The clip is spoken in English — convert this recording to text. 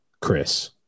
Chris